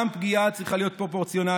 גם פגיעה צריכה להיות פרופורציונלית.